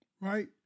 right